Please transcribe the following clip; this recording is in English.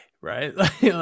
right